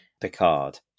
Picard